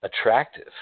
attractive